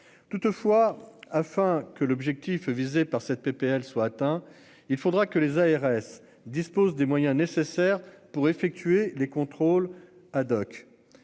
Toutefois, afin que l'objectif visé par cette PPL soit atteint. Il faudra que les ARS dispose des moyens nécessaires pour effectuer les contrôles Haddock.